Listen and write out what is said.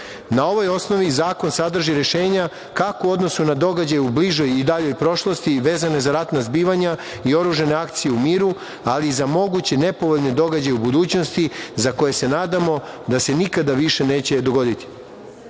Na ovoj osnovi zakon sadrži rešenja kako u odnosu na događaje u bližoj i daljoj prošlosti vezane za ratna zbivanja i oružane akcije u miru, ali i za moguće nepovoljne događaje u budućnosti, za koje se nadamo da se nikada više neće dogoditi. Pored